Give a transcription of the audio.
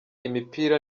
imipira